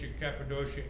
Cappadocia